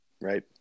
right